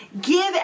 give